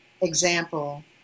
example